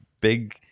big